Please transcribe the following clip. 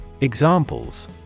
Examples